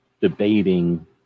debating